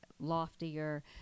loftier